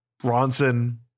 Bronson